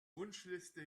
wunschliste